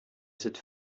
cette